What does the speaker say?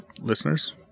listeners